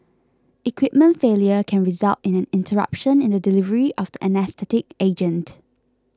equipment failure can result in an interruption in the delivery of the anaesthetic agent